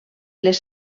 les